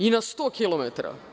Ili na 100 km?